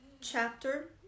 chapter